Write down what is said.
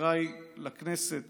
חבריי לכנסת